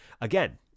again